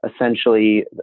essentially